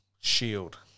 Shield